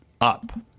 up